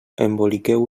emboliqueu